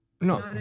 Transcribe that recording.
no